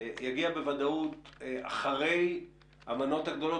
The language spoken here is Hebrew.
יגיע בוודאות אחרי המנות הגדולות,